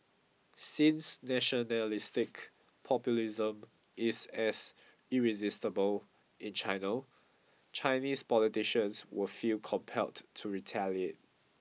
since nationalistic populism is as irresistible in China Chinese politicians will feel compelled to retaliate